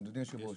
אדוני יושב הראש,